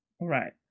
Right